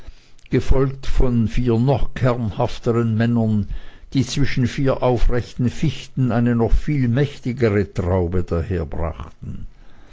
gefolgt von vier noch kernhafteren männern die zwischen vier aufrechten fichten eine noch viel mächtigere traube